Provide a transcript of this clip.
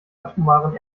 atomaren